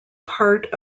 part